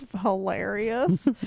hilarious